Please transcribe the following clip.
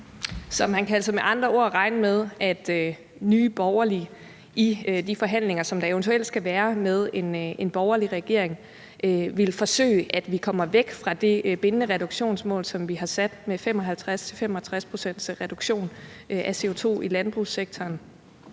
Så man kan altså med andre ord regne med, at Nye Borgerlige i de forhandlinger, som der eventuelt skal være med en borgerlig regering, vil forsøge at få os væk fra bindende reduktionsmål, som vi har sat, med 55-65 pct.s reduktion af CO2 i landbrugssektoren.